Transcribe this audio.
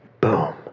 Boom